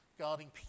guarding